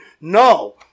No